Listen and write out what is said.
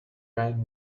ryan